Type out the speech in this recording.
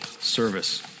service